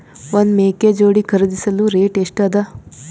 ಒಂದ್ ಮೇಕೆ ಜೋಡಿ ಖರಿದಿಸಲು ರೇಟ್ ಎಷ್ಟ ಅದ?